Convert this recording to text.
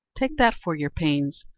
take that for your pains,